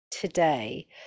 today